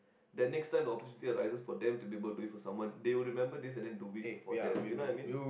that next time the opportunity arises for them to be able to do it for someone they will remember this and then do it for them you know what I mean